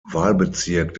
wahlbezirk